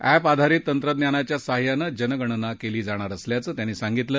app आधारित तंत्रज्ञानाच्या साहाय्यानं जनगणना केली जाणार असल्याचं त्यांनी सांगितलं